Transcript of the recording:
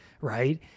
right